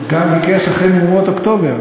גם ביקש, אחרי מהומות אוקטובר.